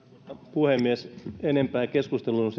puhemies enempää keskusteluun